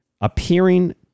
appearing